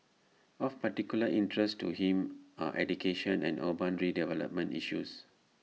of particular interest to him are education and urban redevelopment issues